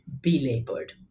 belabored